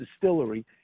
distillery